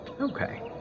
okay